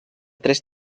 tres